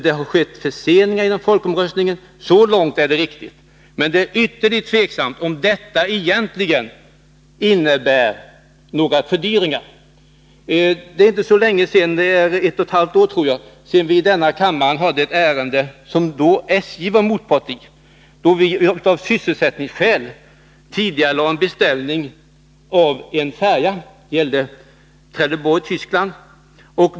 Det har skett förseningar genom folkomröstningen — så långt är det riktigt — men det är ytterligt tveksamt om dessa egentligen innebär några fördyringar. För inte så länge sedan — jag tror det var för ett och ett halvt år sedan — behandlade vi i denna kammare ett ärende som SJ var motpart i. Av sysselsättningsskäl tidigarelade vi då en beställning av en färja för trafik mellan Trelleborg och Tyskland.